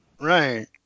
right